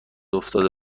افتاده